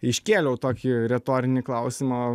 iškėliau tokį retorinį klausimą